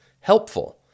helpful